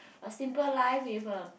a simple life with a